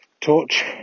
torch